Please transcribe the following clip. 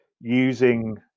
using